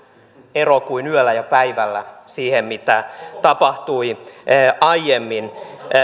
ero kuin yöllä ja päivällä siihen mitä tapahtui aiemmin